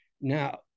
Now